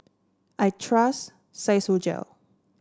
I trust Physiogel